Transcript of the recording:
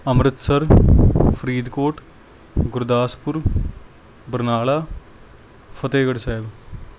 Amritsar Faridkot Gurdaspur Barnala Fatehgarh Sahib